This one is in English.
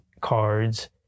cards